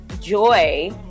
joy